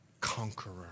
conqueror